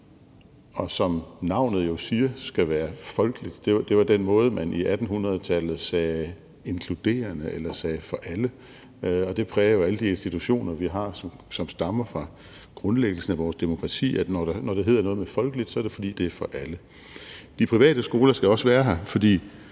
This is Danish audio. og som navnet jo siger skal være folkeligt. Det var den måde, man i 1800-tallet sagde »inkluderende« eller sagde »for alle«, og det præger jo alle de institutioner, vi har, som stammer fra grundlæggelsen af vores demokrati: at når det hedder noget med folkeligt, er det, fordi det er for alle. De private skoler skal også være her, fordi